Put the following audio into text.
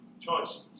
choices